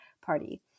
party